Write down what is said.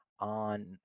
on